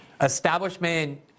establishment